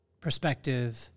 perspective